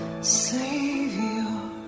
Savior